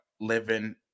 living